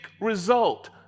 result